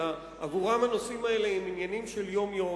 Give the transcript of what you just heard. אלא עבורם הנושאים האלה הם עניינים של יום-יום,